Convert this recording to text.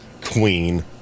Queen